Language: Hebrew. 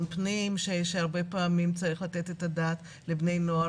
פנים שהרבה פעמים צריך לתת את הדעת על בני נוער,